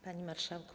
Panie Marszałku!